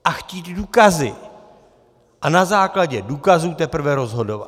A chtít důkazy a na základě důkazů teprve rozhodovat.